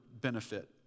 benefit